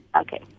Okay